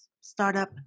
startup